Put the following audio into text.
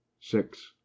six